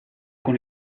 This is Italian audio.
con